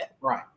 Right